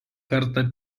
kartą